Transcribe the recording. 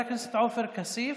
למה זה ייקר את המחיה,